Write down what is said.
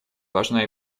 важна